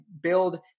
build